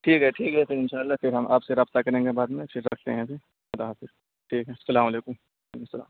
ٹھیک ہے ٹھیک ہے پھر انشاء اللہ پھر ہم آپ سے رابطہ کریں گے بعد میں پھر رکھتے ہیں ابھی خدا حافظ ٹھیک ہے السّلام علیکم وعلیکم السّلام